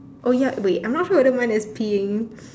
oh ya wait I'm not sure whether mine is peeing